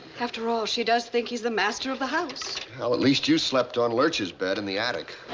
after all, she does think he's the master of the house. well, at least you slept on lurch's bed in the attic.